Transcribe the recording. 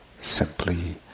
simply